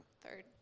Third